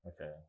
Okay